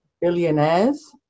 billionaires